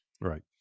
Right